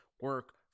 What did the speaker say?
Work